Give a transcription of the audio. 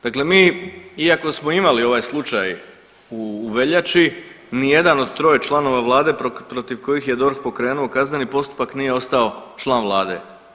Dakle, mi iako smo imali ovaj slučaj u veljači ni jedan od troje članova vlade protiv kojih je DORH pokrenuo kazneni postupak nije ostao član vlade.